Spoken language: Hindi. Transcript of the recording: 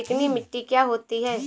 चिकनी मिट्टी क्या होती है?